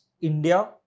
India